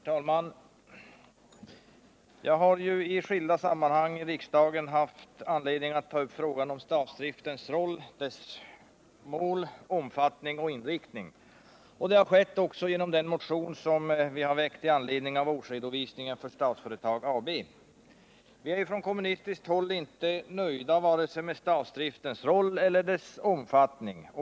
Herr talman! Jag har i skilda sammanhang i riksdagen haft anledning att ta upp frågan om statsdriftens roll samt dess mål, omfattning och inriktning, och det har jag även nu. I anledning av årsredovisningen för Statsföretag AB har vi väckt en motion. Viär från kommunistiskt håll inte nöjda vare sig med statsdriftens roll eller med dess omfattning.